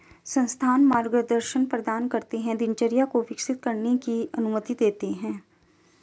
संस्थान मार्गदर्शन प्रदान करते है दिनचर्या को विकसित करने की अनुमति देते है